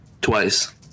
twice